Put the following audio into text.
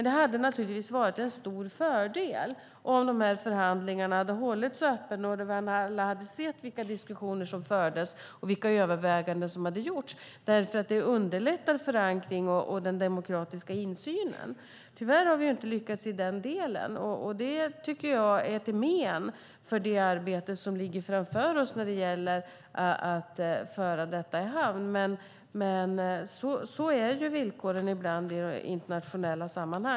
Det hade dock naturligtvis varit en stor fördel om förhandlingarna hade hållits öppet och alla hade sett vilka diskussioner som fördes och vilka överväganden som hade gjorts, för det underlättar förankring och den demokratiska insynen. Tyvärr har vi inte lyckats i den delen, och det är ett men för det arbete som ligger framför oss med att föra detta i hamn. Men så är villkoren ibland i internationella sammanhang.